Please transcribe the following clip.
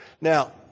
Now